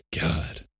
God